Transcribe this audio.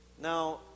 now